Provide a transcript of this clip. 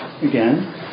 again